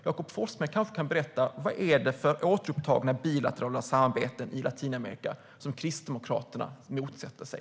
Jakob Forssmed kanske kan berätta vad det är för återupptagna bilaterala samarbeten i Latinamerika som Kristdemokraterna motsätter sig.